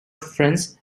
friends